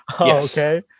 okay